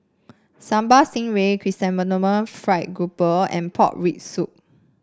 Sambal Stingray Chrysanthemum Fried Grouper and Pork Rib Soup